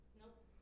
Nope